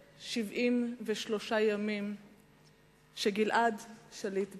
1,073 ימים שגלעד שליט בשבי.